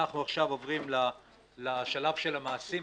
אנחנו עכשיו עוברים לשלב של המעשים,